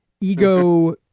ego